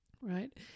right